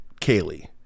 Kaylee